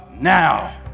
now